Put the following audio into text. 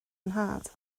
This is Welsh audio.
nhad